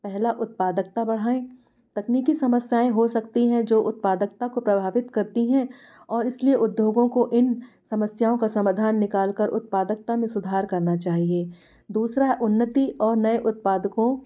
पहला उत्पादकता बढ़ाएँ तकनीकी समस्याएँ हो सकती हैं जो उत्पादकता को प्रभावित करती हैं और इसलिए उद्योगों को इन समस्यायों का समाधान निकाल कर उत्पादकता में सुधार करना चाहिए दूसरा है उन्नति और नए उत्पादकों